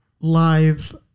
live